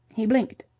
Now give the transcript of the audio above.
he blinked.